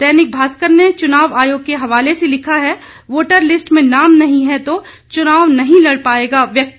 दैनिक भास्कर ने चुनाव आयोग के हवाले से लिखा है वोटर लिस्ट में नाम नहीं है तो चुनाव नहीं लड़ पाएगा व्यक्ति